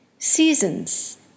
Seasons